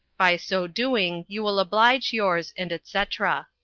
by so doing you will oblidge yours and etc.